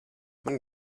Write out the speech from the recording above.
man